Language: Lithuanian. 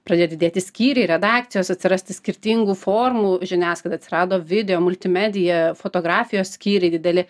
pradėjo didėti skyriai redakcijos atsirasti skirtingų formų žiniasklaida atsirado video multimedija fotografijos skyriai dideli